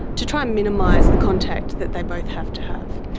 to try and minimise the contact that they both have to have.